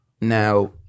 Now